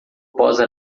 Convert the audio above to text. posa